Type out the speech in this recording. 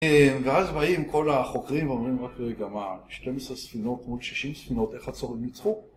ואז באים, כל החוקרים ואומרים רק רגע, מה, 12 ספינות מול 60 ספינות, איך הצורים נצחו?